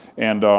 and